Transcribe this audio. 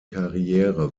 karriere